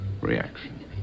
reaction